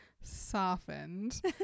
softened